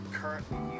currently